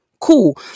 cool